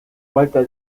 falta